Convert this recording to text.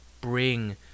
bring